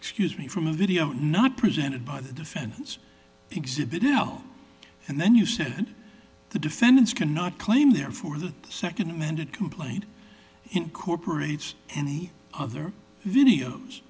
excuse me from a video not presented by the defendants exhibit no and then you said the defendants cannot claim therefore the second amended complaint incorporates any other videos